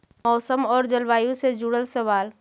मौसम और जलवायु से जुड़ल सवाल?